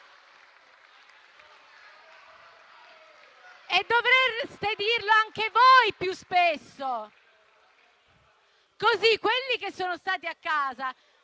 E dovreste dirlo anche voi più spesso. Così, quelli che sono stati a casa,